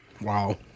Wow